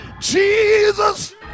Jesus